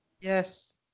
Yes